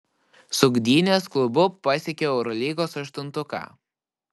su gdynės klubu pasiekiau eurolygos aštuntuką